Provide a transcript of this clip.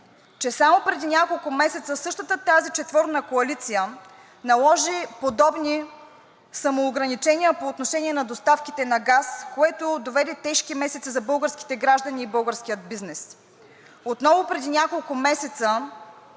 че само преди няколко месеца същата тази четворна коалиция наложи подобни самоограничения по отношение на доставките на газ, което доведе тежки месеци за българските граждани и българския бизнес. Отново преди няколко месеца